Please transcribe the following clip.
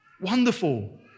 wonderful